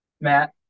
Matt